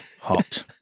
hot